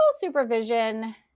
supervision